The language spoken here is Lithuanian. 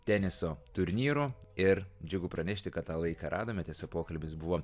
teniso turnyrų ir džiugu pranešti kad tą laiką radome tiesa pokalbis buvo